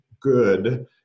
good